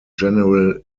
general